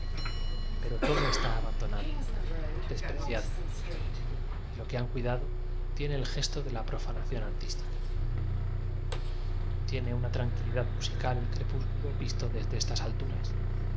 pero todo está abandonado despreciado y lo que han cuidado tiene el gesto de la profanación artística tiene una tranquilidad musical el crepús culo visto desde estas alturas